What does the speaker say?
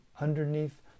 underneath